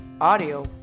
Audio